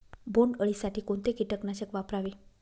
बोंडअळी साठी कोणते किटकनाशक वापरावे?